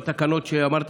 בתקנות שאמרת.